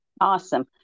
Awesome